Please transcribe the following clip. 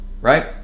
right